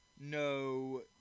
No